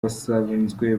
basanzwe